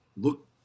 look